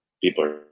People